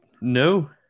No